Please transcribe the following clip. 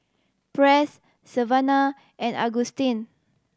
Press Savannah and Augustine